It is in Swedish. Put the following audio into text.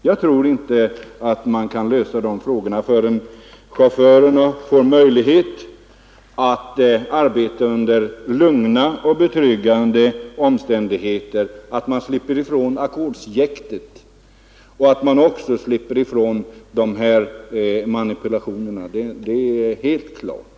Jag tror inte att man kan lösa dessa frågor förrän chaufförerna slipper ifrån ackordshetsen och får möjlighet att arbeta under lugna och betryggande omständigheter, där det inte förekommer sådana här manipulationer. Det är min bestämda uppfattning.